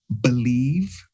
believe